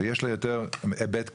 ויש לה יותר היבט כולל.